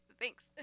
thanks